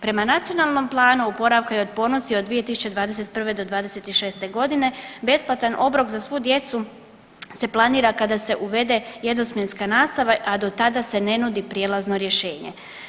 Prema Nacionalnom planu oporavka i otpornosti od 2021. do 2026. godine besplatan obrok za svu djecu se planira kada se uvede jednosmjenska nastava, a do tada se ne nudi prijelazno rješenje.